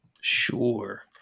Sure